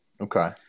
Okay